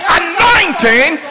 anointing